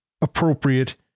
appropriate